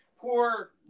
Poor